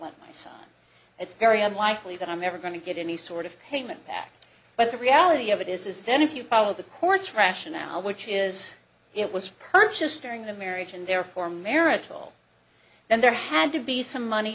want my son it's very unlikely that i'm ever going to get any sort of payment back but the reality of it is is that if you follow the court's rationale which is it was purchased during the marriage and therefore marital then there had to be some money